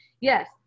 Yes